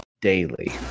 Daily